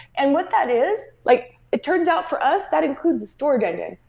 and what that is like it turns out for us, that includes a storage engine.